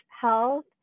health